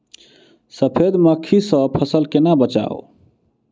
सफेद मक्खी सँ फसल केना बचाऊ?